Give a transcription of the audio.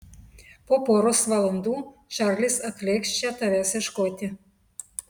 po poros valandų čarlis atlėks čia tavęs ieškoti